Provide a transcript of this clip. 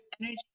energy